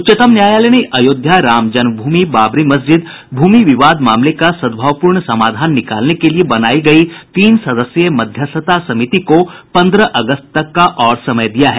उच्चतम न्यायालय ने अयोध्या राम जन्म भूमि बाबरी मस्जिद भूमि विवाद मामले का सद्भावपूर्ण समाधान निकालने के लिए बनाई गई तीन सदस्यीय मध्यस्थता समिति को पन्द्रह अगस्त तक का और समय दिया है